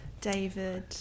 David